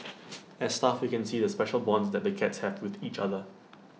as staff we can see the special bonds that the cats have with each other